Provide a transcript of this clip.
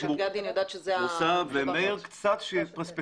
על גדי אני יודעת שזה --- קצת פרספקטיבה